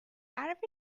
out